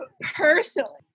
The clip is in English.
Personally